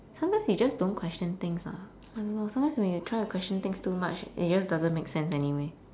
sometimes you just don't question things ah I don't know sometimes when you try to question things too much it just doesn't make sense anyway